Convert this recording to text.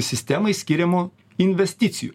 sistemai skiriamo investicijų